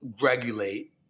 regulate